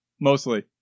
Mostly